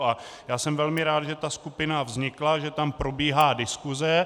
A já jsem velmi rád, že ta skupina vznikla, že tam probíhá diskuse.